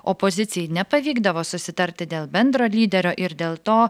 opozicijai nepavykdavo susitarti dėl bendro lyderio ir dėl to